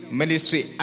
ministry